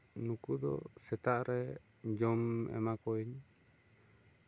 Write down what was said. ᱱᱩᱠᱩ ᱫᱚ ᱥᱮᱛᱟᱜ ᱨᱮ ᱡᱚᱢ ᱮᱢᱟ ᱠᱚᱣᱟᱧ